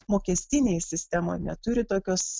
mokestinėj sistemoj neturi tokios